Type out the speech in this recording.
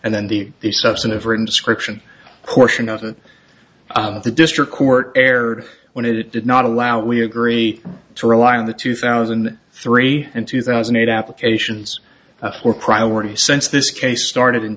and then the the substantive written description portion of it the district court erred when it did not allow we agree to rely on the two thousand and three and two thousand and eight applications for priority since this case started in